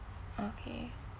okay